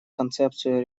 концепцию